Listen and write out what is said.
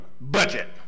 budget